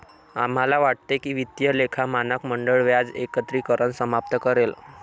आम्हाला वाटते की वित्तीय लेखा मानक मंडळ व्याज एकत्रीकरण समाप्त करेल